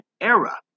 era